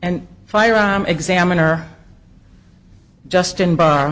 and firearm examiner justin bar